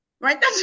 right